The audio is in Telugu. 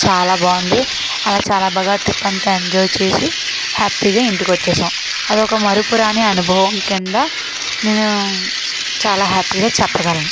చాలా బాగుంది అలా చాలా బాగా ట్రిప్ అంతా ఎంజాయ్ చేసి హ్యాపీగా ఇంటికి వచ్చేసాం అదొక మరుపురాని అనుభవం కింద నేను చాలా హ్యాపీగా చెప్పగలను